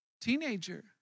Teenager